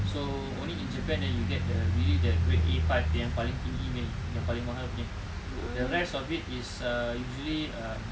so only in japan then you get the really the grade A five yang paling tinggi punya yang paling mahal punya the rest of it is a usually um